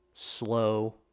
slow